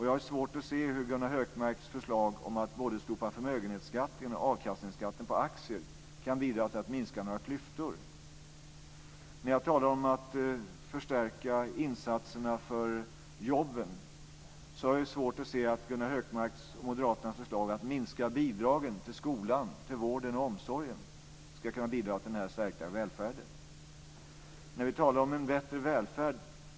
Jag har svårt att se hur Gunnar Hökmarks förslag om att man ska slopa både förmögenhetsskatten och avkastningsskatten på aktier kan bidra till att några klyftor minskar. Jag talar om att förstärka insatserna för jobben. Jag har svårt att se att Gunnar Hökmarks och moderaternas förslag om att minska bidragen till skolan, vården och omsorgen ska kunna bidra till den här stärkta välfärden. Vi talar om en bättre välfärd.